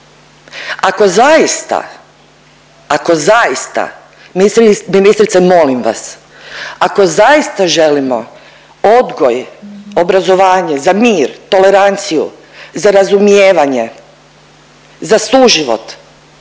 Ako zaista, ako zaista, ministrice, molim vas, ako zaista želimo odgoj, obrazovanje, za mir, toleranciju, za razumijevanje, za suživot,